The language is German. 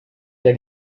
der